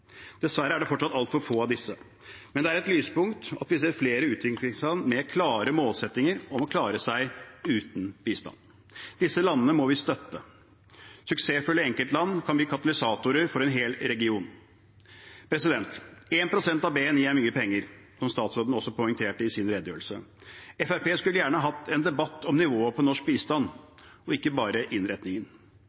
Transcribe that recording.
Dessverre er det fortsatt altfor få av disse. Men det er et lyspunkt at vi ser flere utviklingsland med klare målsettinger om å klare seg uten bistand. Disse landene må vi støtte. Suksessfulle enkeltland kan bli katalysatorer for en hel region. 1 pst. av BNI er mye penger, som statsråden også poengterte i sin redegjørelse. Fremskrittspartiet skulle gjerne hatt en debatt om nivået på norsk bistand og ikke bare innretningen.